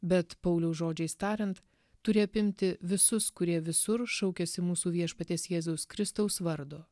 bet pauliaus žodžiais tariant turi apimti visus kurie visur šaukiasi mūsų viešpaties jėzaus kristaus vardo